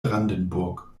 brandenburg